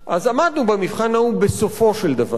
אז עמדנו במבחן ההוא בסופו של דבר,